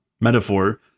metaphor